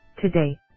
Today